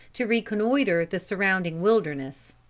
to reconnoiter the surrounding wilderness.